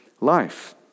life